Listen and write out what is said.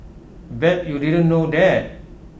bet you didn't know that